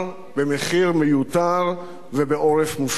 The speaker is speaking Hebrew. במחיר מיותר ובעורף מופקר.